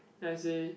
then i saw